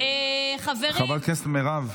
חברת הכנסת מירב.